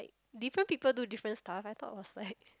different people do different stuff I thought it was like